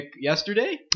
yesterday